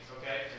Okay